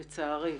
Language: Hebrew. לצערי,